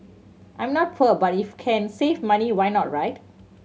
I'm not poor but if can save money why not right